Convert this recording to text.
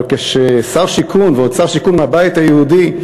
אבל כששר שיכון, ועוד שר שיכון מהבית היהודי,